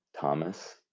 Thomas